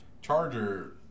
charger